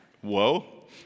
Whoa